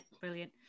brilliant